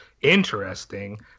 interesting